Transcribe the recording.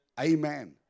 Amen